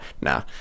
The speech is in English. Nah